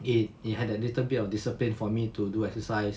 it's a little bit of discipline for me to do exercise